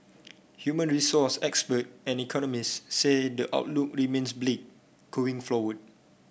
human resource expert and economist say the outlook remains bleak going